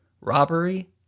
robbery